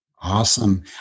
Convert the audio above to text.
Awesome